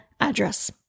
address